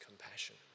compassion